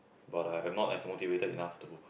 but I am not as motivated enough to go